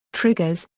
triggers,